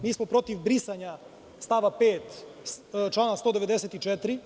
Mi smo protiv brisanja stava 5. člana 194.